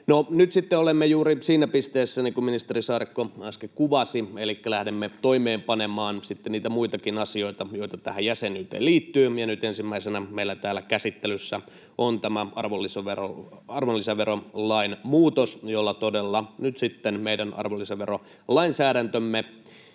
nyt olemme juuri siinä pisteessä, niin kuin ministeri Saarikko äsken kuvasi, että lähdemme toimeenpanemaan sitten niitä muitakin asioita, joita tähän jäsenyyteen liittyy, ja nyt ensimmäisenä meillä täällä käsittelyssä on tämä arvonlisäverolain muutos, jolla todella nyt meidän arvonlisäverolainsäädäntömme